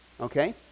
Okay